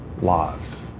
lives